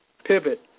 pivot